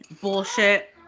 Bullshit